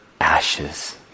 ashes